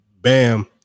bam